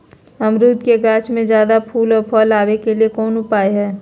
अमरूद के गाछ में ज्यादा फुल और फल आबे के लिए कौन उपाय है?